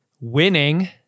Winning